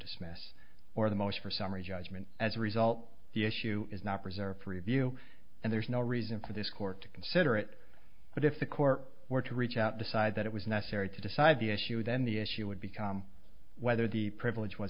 dismiss or the most for summary judgment as a result the issue is not preserved for review and there's no reason for this court to consider it but if the court were to reach out decide that it was necessary to decide the issue then the issue would become whether the privilege was